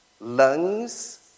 Lungs